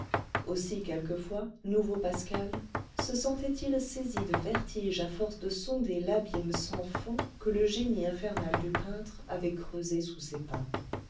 aussi quelquefois nouveau pascal se sentait-il saisi de vertige à force de sonder l'abîme sans fond que le génie infernal du peintre avait creusé sous ses pas